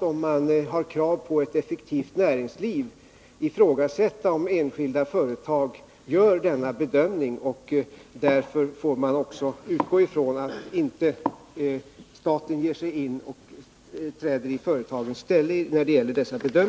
om man har krav på ett effektivt näringsliv kan man knappast ifrågasätta att enskilda företag gör denna bedömning. Och naturligtvis kan staten inte ge sig in och göra dessa bedömningar i företagets ställe.